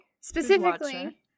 Specifically